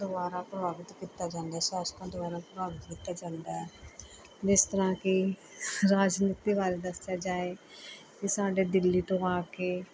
ਦੁਆਰਾ ਪ੍ਰਭਾਵਿਤ ਕੀਤਾ ਜਾਂਦਾ ਹੈ ਸ਼ਾਸਕਾਂ ਦੁਆਰਾ ਪ੍ਰਭਾਵਿਤ ਕੀਤਾ ਜਾਂਦਾ ਹੈ ਜਿਸ ਤਰ੍ਹਾਂ ਕਿ ਰਾਜਨੀਤੀ ਬਾਰੇ ਦੱਸਿਆ ਜਾਏ ਇਹ ਸਾਡੇ ਦਿੱਲੀ ਤੋਂ ਆ ਕੇ